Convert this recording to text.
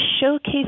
showcase